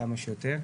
כמה שיותר.